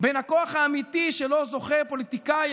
בין הכוח האמיתי שלו זוכה פוליטיקאי,